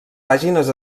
pàgines